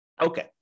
Okay